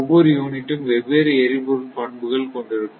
ஒவ்வொரு யூனிட்டும் வெவ்வேறு எரிபொருள் பண்புகள் கொண்டிருக்கும்